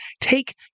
take